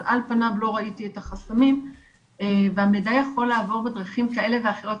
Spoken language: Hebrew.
אבל על פניו לא ראיתי את החסמים והמידע יכול לעבור בדרכים כאלה ואחרות,